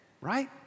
right